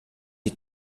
you